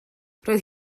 roedd